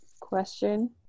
question